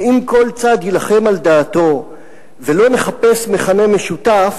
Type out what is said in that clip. שאם כל צד יילחם על דעתו ולא נחפש מכנה משותף,